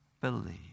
believe